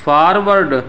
forward